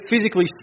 physically